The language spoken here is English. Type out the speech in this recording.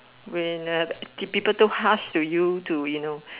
when uh people too harsh to you to you know